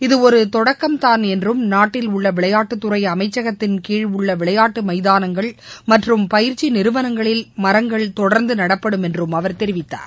இதுவொரு தொடக்கம் தான் என்றும் நாட்டில் உள்ள விளையாட்டுத்துறை அமைச்ககத்தின் கீழ் உள்ள விளையாட்டு மைதானங்கள் மற்றும் பயிற்சி நிறுவனங்களில் மரங்கள் தொடர்ந்து நடப்படும் என்றும் அவர் தெரிவித்தார்